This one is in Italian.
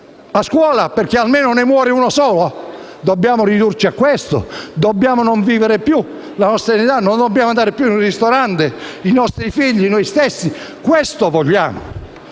a scuola perché almeno ne muore uno solo? Dobbiamo ridurci a questo? Dobbiamo smettere di vivere? Non dobbiamo andare più in un ristorante? I nostri figli o noi stessi: questo vogliamo?